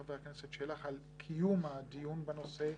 חבר הכנסת שלח על קיום הדיון בנושא.